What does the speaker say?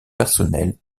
personnel